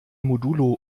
modulo